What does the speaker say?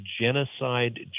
Genocide